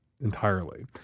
entirely